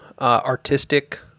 artistic